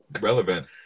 relevant